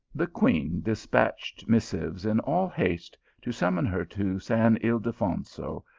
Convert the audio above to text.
the queen despatched missives in all haste, to summon her to st. ildefonso,